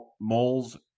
moles